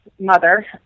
mother